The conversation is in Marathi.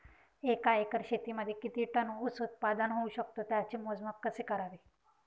एका एकर शेतीमध्ये किती टन ऊस उत्पादन होऊ शकतो? त्याचे मोजमाप कसे करावे?